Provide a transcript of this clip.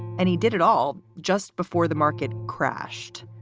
and he did it all just before the market crashed.